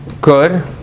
Good